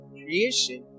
creation